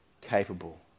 capable